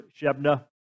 Shebna